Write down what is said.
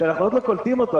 שאנחנו עוד לא קולטים אותו.